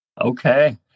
Okay